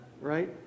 Right